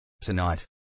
Tonight